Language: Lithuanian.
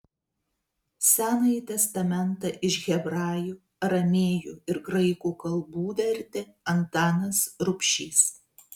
senąjį testamentą iš hebrajų aramėjų ir graikų kalbų vertė antanas rubšys